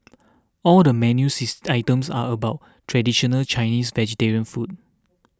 all the menus its items are about traditional Chinese vegetarian food